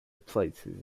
places